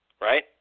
right